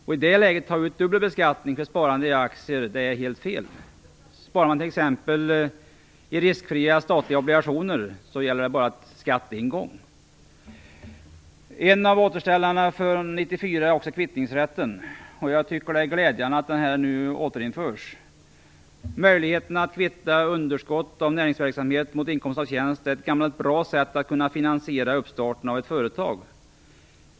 Att i detta läge ta ut dubbelbeskattning för sparande i aktier är helt fel. Sparar man t.ex. i riskfria statliga obligationer beskattas det bara en gång. En av återställarna från 1994 är kvittningsrätten. Jag tycker att det är glädjande att den återinförs. Möjligheten att kvitta underskott av näringsverksamhet mot inkomst av tjänst är ett gammalt bra sätt att finansiera starten av ett företag.